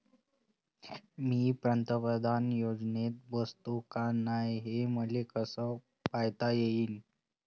मी पंतप्रधान योजनेत बसतो का नाय, हे मले कस पायता येईन?